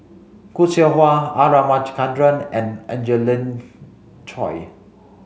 Khoo Seow Hwa R Ramachandran and Angelina Choy